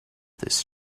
this